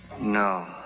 no